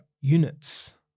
units